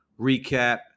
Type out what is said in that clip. recap